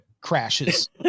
crashes